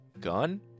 gun